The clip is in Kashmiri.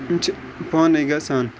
یِم چھِ پانے گَژھان